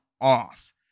off